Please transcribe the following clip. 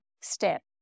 step